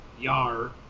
Yar